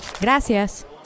Gracias